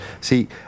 See